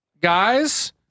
guys